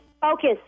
focus